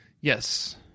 Yes